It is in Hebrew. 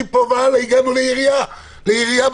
מפה והלאה הגענו לירייה באוויר.